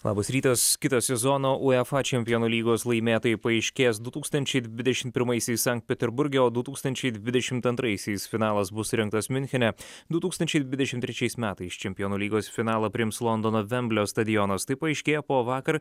labas rytas kito sezono uefa čempionų lygos laimėtojai paaiškės du tūkstančiai dvidešim pirmaisiais sankt peterburge o du tūkstančiai dvidešimt antraisiais finalas bus surengtas miunchene du tūkstančiai dvidešimt trečiais metais čempionų lygos finalą priims londono vemblio stadionas tai paaiškėjo po vakar